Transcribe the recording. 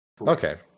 okay